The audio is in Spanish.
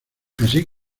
así